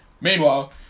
Meanwhile